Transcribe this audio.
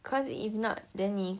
cause if not then 你